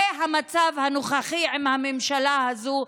זה המצב הנוכחי עם הממשלה הזו,